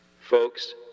Folks